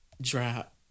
drop